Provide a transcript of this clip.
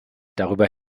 darüber